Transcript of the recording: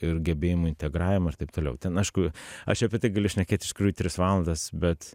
ir gebėjimų integravimą ir taip toliau ten aišku aš čia apie tai galiu šnekėt iš tikrųjų tris valandas bet